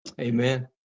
Amen